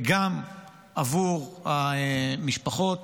גם עבור המשפחות,